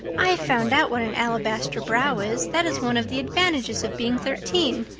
i've found out what an alabaster brow is. that is one of the advantages of being thirteen.